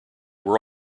were